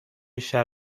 شهر